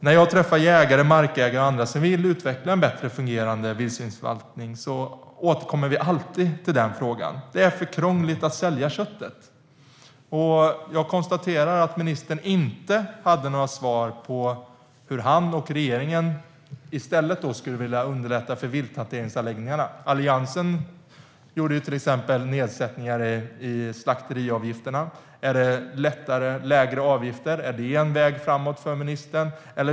När jag träffar jägare, markägare och andra som vill utveckla en bättre fungerande vildsvinsförvaltning återkommer den frågan alltid. Det är för krångligt att sälja köttet. Jag konstaterar att ministern inte hade några svar på hur han och regeringen skulle vilja underlätta för vilthanteringsanläggningarna. Alliansen gjorde till exempel nedsättningar i slakteriavgifterna. Är lägre avgifter en väg framåt för ministern?